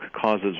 Causes